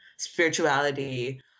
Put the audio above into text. spirituality